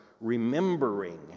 remembering